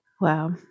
Wow